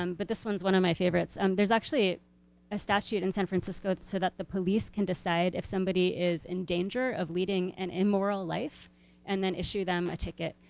um but this one's one of my favorites. um there's actually a statute in san francisco so that the police can decide if somebody is in danger of leading an immoral life and then issue them a ticket.